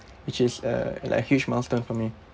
which is a like a huge milestone for me